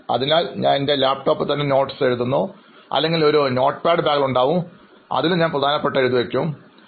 അതിനാൽ ഞാൻ എൻറെ ലാപ്ടോപ്പിൽ തന്നെ കുറിപ്പുകൾ നിർമ്മിക്കുന്നു അല്ലെങ്കിൽ എൻറെ ഒരു നോട്ട്പാഡ് ബാഗിൽ ഉണ്ടാകും അതിലും ഞാൻ പ്രധാനപ്പെട്ടവ എഴുതാറുണ്ട്